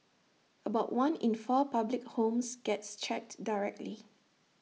about one in four public homes gets checked directly